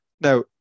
Now